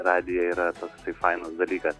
radija yra toksai fainas dalykas